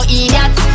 idiot